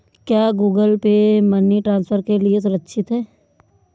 क्या Google Pay money transfer के लिए सुरक्षित है?